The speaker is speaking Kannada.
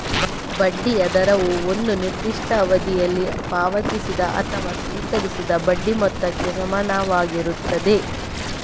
ಬಡ್ಡಿಯ ದರವು ಒಂದು ನಿರ್ದಿಷ್ಟ ಅವಧಿಯಲ್ಲಿ ಪಾವತಿಸಿದ ಅಥವಾ ಸ್ವೀಕರಿಸಿದ ಬಡ್ಡಿ ಮೊತ್ತಕ್ಕೆ ಸಮಾನವಾಗಿರುತ್ತದೆ